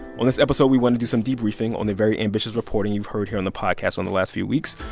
on this episode, we want to do some debriefing on the very ambitious reporting you've heard here on the podcast on the last few weeks.